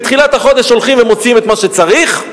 בתחילת החודש הולכים ומוציאים את מה שצריך,